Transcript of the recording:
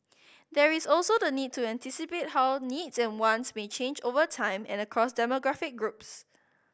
there is also the need to anticipate how needs and wants may change over time and across demographic groups